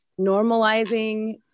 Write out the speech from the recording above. normalizing